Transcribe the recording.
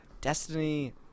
Destiny